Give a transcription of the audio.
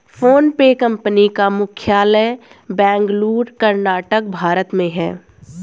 PhonePe company का मुख्यालय बेंगलुरु कर्नाटक भारत में है